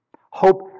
Hope